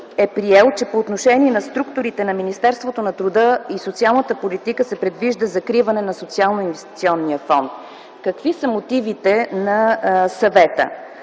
е приел, че по отношение на структурите на Министерството на труда и социалната политика се предвижда закриване на Социалноинвестиционния фонд. Какви са мотивите на Съвета?